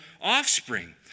offspring